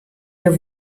der